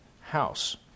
house